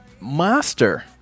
Master